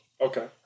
Okay